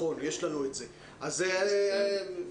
אנחנו אוספים מחשבים,